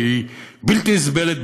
שהיא בלתי נסבלת,